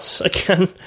again